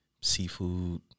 seafood